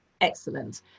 excellent